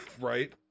Right